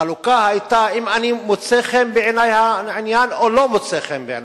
החלוקה היתה אם מוצא חן בעיני העניין או לא מוצא חן בעיני.